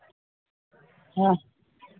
ᱦᱮᱸ